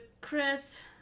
Chris